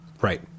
Right